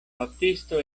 baptisto